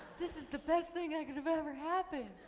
this is the best thing i could have ever happened.